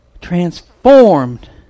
transformed